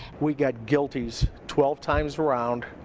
we got guilty's twelve times around,